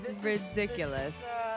Ridiculous